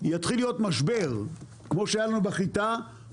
יתחיל להיות משבר כמו שהיה לנו בחיטה,